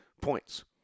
points